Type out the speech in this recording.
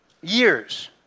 years